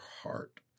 heart